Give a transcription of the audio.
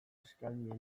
eskaini